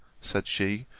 said she,